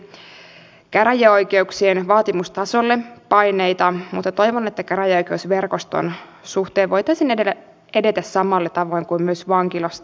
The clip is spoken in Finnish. kun jossain kantakaupungilla tai taajamassa joltain ratayhteydeltä harvennetaan vuoroja tai muuta yleensä siellä on valmis linja autoliikenne ja vaihtoehtoja